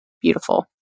beautiful